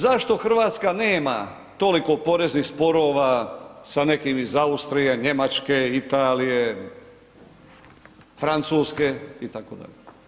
Zašto Hrvatska nema toliko poreznih sporova sa nekim iz Austrije, Njemačke, Italije, Francuske itd.